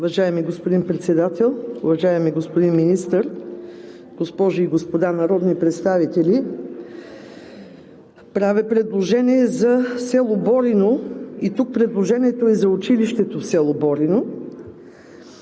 Уважаеми господин Председател, уважаеми господин Министър, госпожи и господа народни представители! Правя предложение за село Борино и тук предложението е за училището в село Борино.